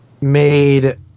made